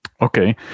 Okay